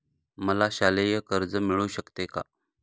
मला शालेय कर्ज मिळू शकते का?